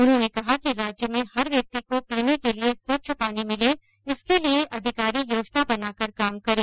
उन्होंने कहा कि राज्य में हर व्यक्ति को पीने के लिए स्वच्छ पानी मिले इसके लिए अधिकारी योजना बनाकर काम करें